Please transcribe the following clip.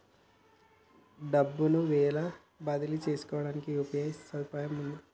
డబ్బును ఎల్లవేళలా బదిలీ చేసుకోవడానికి యూ.పీ.ఐ సదుపాయం ఉన్నది